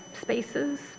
spaces